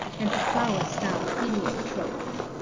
and the flower styled heliotrope.